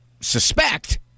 suspect